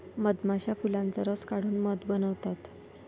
मधमाश्या फुलांचा रस काढून मध बनवतात